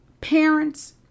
parents